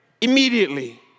Immediately